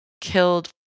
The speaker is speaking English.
killed